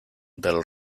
del